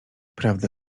prawda